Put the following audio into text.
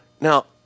Now